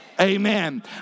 Amen